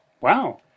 Wow